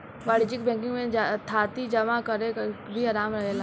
वाणिज्यिक बैंकिंग में थाती जमा करेके भी आराम रहेला